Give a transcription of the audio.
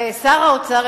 ושר האוצר,